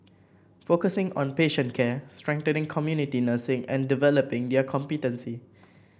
focusing on patient care strengthening community nursing and developing their competency